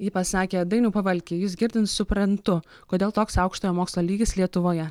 ji pasakė dainių pavalkį jus girdint suprantu kodėl toks aukštojo mokslo lygis lietuvoje